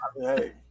Hey